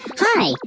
Hi